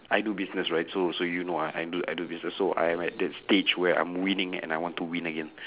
I do business right so so you know ah I do I do business so I'm at that stage where I'm winning and I want to win again